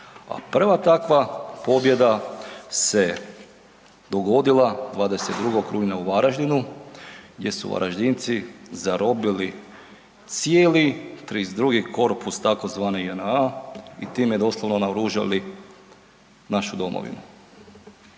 a prva takva pobjeda se dogodila 22. rujna u Varaždinu gdje su Varaždinci zarobili cijeli 32.-gi korpus takozvane JNA i time doslovno naoružali našu domovinu.